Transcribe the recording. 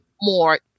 more